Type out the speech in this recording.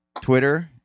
Twitter